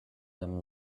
them